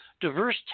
diverse